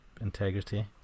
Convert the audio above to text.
integrity